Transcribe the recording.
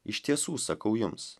iš tiesų sakau jums